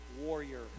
warrior